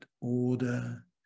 order